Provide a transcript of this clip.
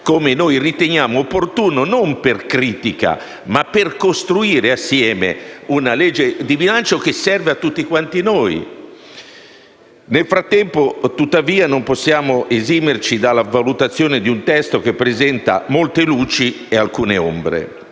come riteniamo opportuno e non per critica, ma per costruire insieme una legge di bilancio che serva a tutti quanti noi. Nel frattempo, tuttavia, non possiamo esimerci dall'effettuare una valutazione di un testo che presenta molte luci e alcune ombre: